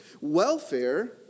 welfare